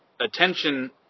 Attention